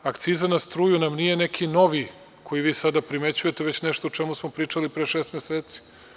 Akciza na struju nam nije neki novi koji vi sada primećujete, već nešto o čemu smo pričali pre šest meseci.